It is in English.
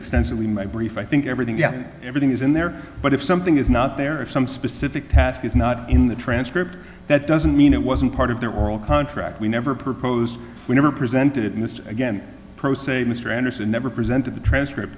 extensively my brief i think everything yeah everything is in there but if something is not there are some specific task is not in the transcript that doesn't mean it wasn't part of their oral contract we never proposed we never presented it in this again pro se mr anderson never presented the transcript